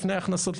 לפני הכנסות,